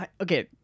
Okay